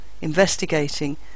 investigating